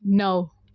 નવ